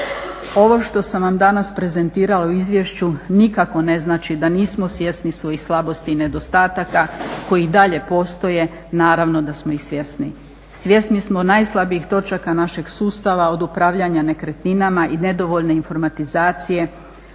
Ovo što sam vam danas prezentirala u izvješću, nikako ne znači da nismo svjesni svojih slabosti i nedostataka koji i dalje postoje, naravno da smo ih svjesni. Svjesni smo najslabijih točaka našeg sustava, od upravljanja nekretninama i nedovoljne informatizacije,